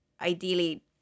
ideally